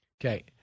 Okay